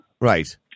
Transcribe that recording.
Right